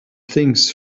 things